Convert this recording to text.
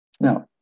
Now